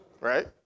Right